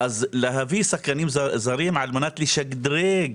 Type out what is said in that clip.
אז להביא שחקנים זרים על מנת לשדרג